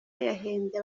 yahembye